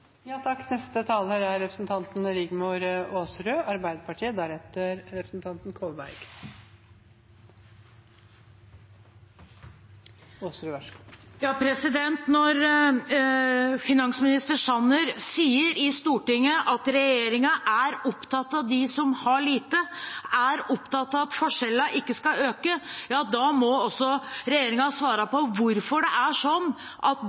Når finansminister Sanner sier i Stortinget at regjeringen er opptatt av dem som har lite, at de er opptatt av at forskjellene ikke skal øke, da må også regjeringen svare på hvorfor det er sånn at